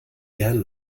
gern